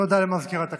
תודה למזכירת הכנסת.